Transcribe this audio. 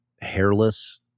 hairless